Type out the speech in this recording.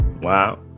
Wow